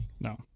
No